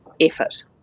effort